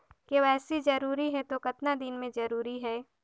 KYC जरूरी हे तो कतना दिन मे जरूरी है?